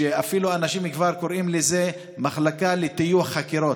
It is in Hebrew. שאפילו אנשים כבר קוראים לזה המחלקה לטיוח חקירות,